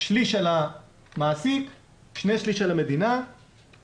שליש על המעסיק, שני שליש על המדינה ולבסוף